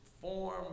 form